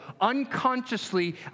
unconsciously